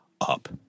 up